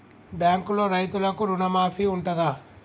బ్యాంకులో రైతులకు రుణమాఫీ ఉంటదా?